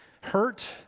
hurt